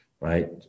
right